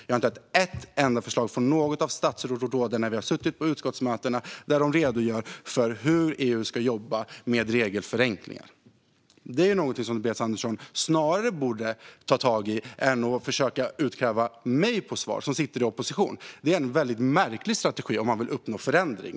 Vi har inte hört ett enda förslag från något av statsråden när vi har suttit på utskottsmötena, där de redogör för hur EU ska jobba med regelförenklingar. Detta är någonting som Tobias Andersson borde ta tag i snarare än att försöka utkräva svar från mig som sitter i opposition. Det är ändå en väldigt märklig strategi om man vill uppnå förändring.